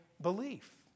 belief